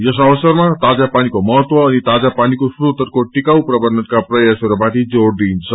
यस अवसरमा ताजा पानीको महत्व अनि ताजा पनीको श्रागतहरूको टिकाऊ प्रबन्धनका प्रयासहरूमाथि जोड़ दिइन्छ